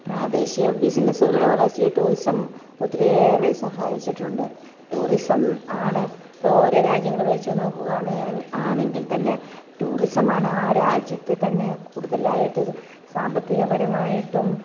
പ്രാദേശിക ബിസിനസുകളുടെ വളർച്ചയെ ടൂറിസം ഒത്തിരിയേറെ സഹായിച്ചിട്ടുണ്ട് ടൂറിസം ആണ് ഇപ്പോൾ ഓരോ രാജ്യങ്ങൾ വെച്ച് നോക്കുകാണെങ്കിൽ ആണെങ്കിൽ തന്നെ ടൂറിസം ആണ് ആ രാജ്യത്ത് തന്നെ കൂടുതലായിട്ട് സാമ്പത്തിക പരമായിട്ടും